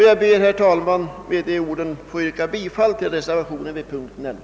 Jag ber, herr talman, att få yrka bifall till reservationen 1 vid punkten 11.